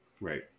Right